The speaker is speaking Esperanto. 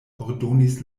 ordonis